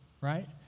right